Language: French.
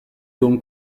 donc